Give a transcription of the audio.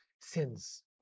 sins